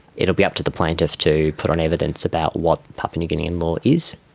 it will be up to the plaintiff to put on evidence about what papua new guinean law is,